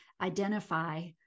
identify